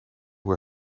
hoe